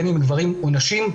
גברים או נשים,